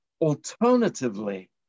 alternatively